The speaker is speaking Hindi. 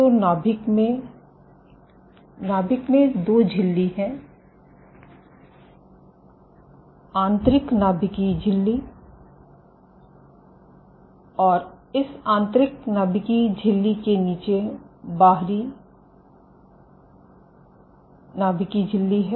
तो नाभिक में नाभिक में दो झिल्ली हैं आंतरिक नाभिकीय झिल्ली और इस आंतरिक नाभिकीय झिल्ली के नीचे बाहरी नाभिकीय झिल्ली है